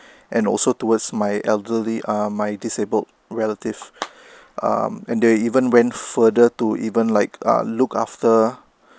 and also towards my elderly uh my disabled relative um and they even went further to even like ah look after